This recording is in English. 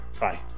Bye